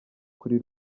kuri